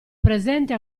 presente